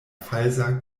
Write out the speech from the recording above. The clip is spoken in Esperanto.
falsa